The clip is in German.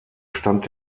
stand